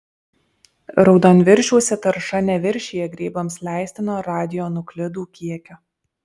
raudonviršiuose tarša neviršija grybams leistino radionuklidų kiekio